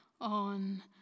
on